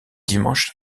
dimanche